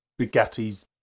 Bugatti's